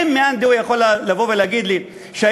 האם מאן דהוא יכול לבוא ולהגיד לי שהאישה